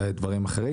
ודברים אחרים.